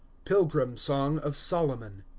pilgrim song of solomon.